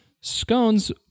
scones